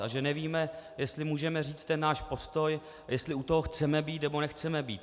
A že nevíme, jestli můžeme říct náš postoj a jestli u toho chceme být, nebo nechceme být.